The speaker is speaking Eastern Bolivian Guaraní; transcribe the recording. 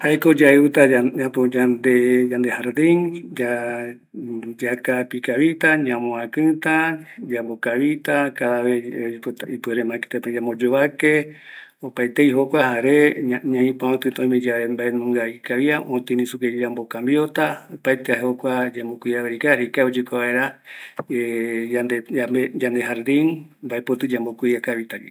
Jaeko yaiuta yande jardin, yakaapi kavita, ñamoakɨta, yambo kavita, yamboyovaketa, oime yave mbaenunga ikavia yaekɨta sugui, jukurai ikavi opɨta vaera yande jardin, ikavi yambo cuida yave